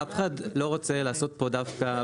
אף אחד לא רוצה לעשות פה דווקא,